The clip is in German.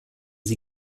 sie